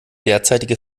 derzeitige